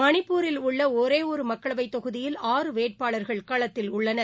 மணிப்பூரில் உள்ளஒரேஒருமக்களவைத் தொகுதியில் ஆறு வேட்பாளர்கள் களத்தில் உள்ளனர்